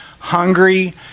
hungry